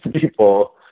people